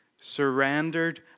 surrendered